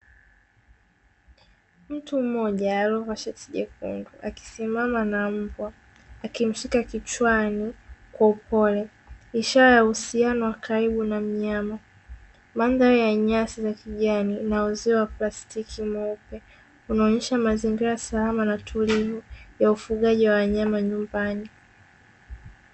Mtu mmoja yamevaa shati jukundu, akisimama na mbwa, akimshika kichwani kwa upole, ishara ya uhusiano wa karibu na mnyama. Mandhari ya nyasi za kijani na uzio wa plastiki mweupe unaonyesha mazingira salama na tulivu ya ufugaji wa wanyama nyumbani.